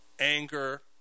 Anger